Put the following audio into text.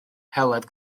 heledd